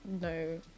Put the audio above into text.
no